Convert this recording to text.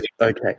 Okay